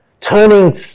Turning